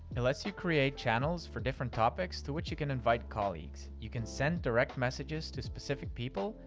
it lets you create channels for different topics to which you can invite colleagues. you can send direct messages to specific people,